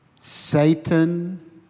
Satan